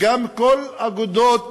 וגם כל אגודות